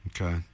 Okay